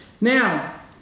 Now